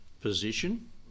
position